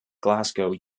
glasgow